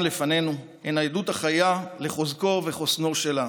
לפנינו הם העדות החיה לחוזקו וחוסנו של העם.